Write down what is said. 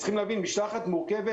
צריך להבין שמשלחת יכולה להיות מורכבת